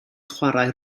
chwarae